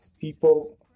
people